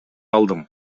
алдым